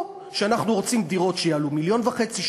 או שאנחנו רוצים דירות שיעלו מיליון וחצי,